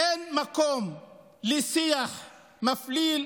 אין מקום לשיח מפליל,